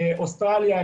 אוסטרליה,